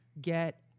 Get